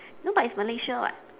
no but it's malaysia [what]